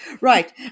Right